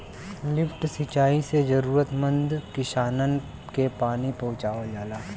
lift सिंचाई से जरूरतमंद किसानन के पानी पहुंचावल जाला